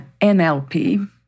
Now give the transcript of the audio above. NLP